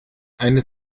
eine